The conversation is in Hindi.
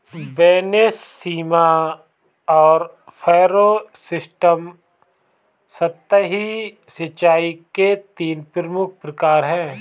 बेसिन, सीमा और फ़रो सिस्टम सतही सिंचाई के तीन प्रमुख प्रकार है